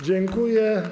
Dziękuję.